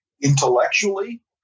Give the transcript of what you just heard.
intellectually